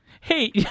Hey